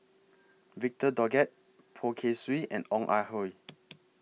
Victor Doggett Poh Kay Swee and Ong Ah Hoi